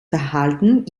verhalten